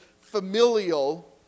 familial